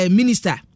minister